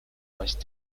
west